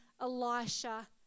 Elisha